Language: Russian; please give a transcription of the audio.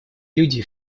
люди